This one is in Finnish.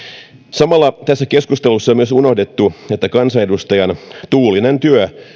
samalla tässä keskustelussa on myös unohdettu että kansanedustajan tuulinen työ